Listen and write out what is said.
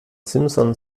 simson